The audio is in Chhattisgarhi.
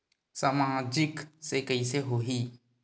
सामाजिक से कइसे होही?